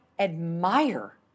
admire